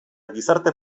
gizarte